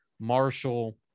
Marshall –